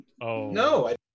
No